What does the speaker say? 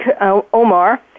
Omar